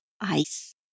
ice